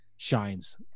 Shines